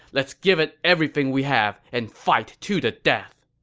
let's give it everything we have and fight to the death!